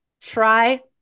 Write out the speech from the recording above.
try